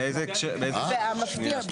המפתיע,